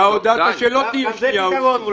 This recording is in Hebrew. גם זה פתרון.